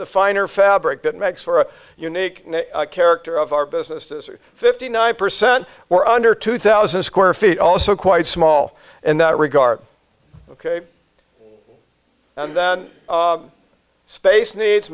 a finer fabric that makes for a unique character of our businesses are fifty nine percent were under two thousand square feet also quite small and that regard ok and space needs